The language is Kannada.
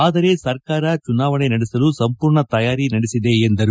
ಆದರೆ ಸರ್ಕಾರ ಚುನಾವಣೆ ನಡೆಸಲು ಸಂಪೂರ್ಣ ತಯಾರಿ ನಡೆಸಿದೆ ಎಂದರು